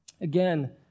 Again